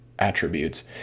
attributes